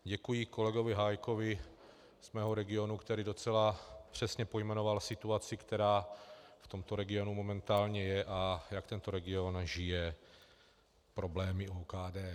Děkuji kolegovi Hájkovi z mého regionu, který docela přesně pojmenoval situaci, která v tomto regionu momentálně je, a jak tento region žije problémy OKD.